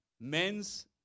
men's